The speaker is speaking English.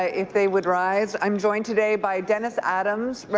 ah if they would rise, i'm joined today by dennis adams,